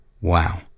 Wow